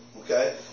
okay